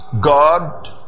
God